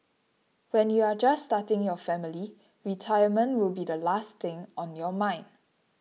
when you are just starting your family retirement will be the last thing on your mind